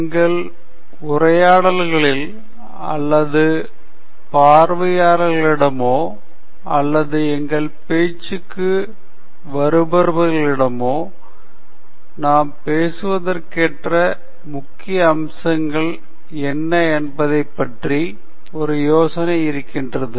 எங்கள் உரையாடல்களில் அல்லது பார்வையாளர்களிடமோ அல்லது எங்கள் பேச்சுக்கு வருபவர்களிடமிருந்தோ நாம் பேசுவதற்கேற்ற முக்கிய அம்சங்கள் என்ன என்பதைப் பற்றி ஒரு யோசனை இருக்கிறது